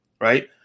right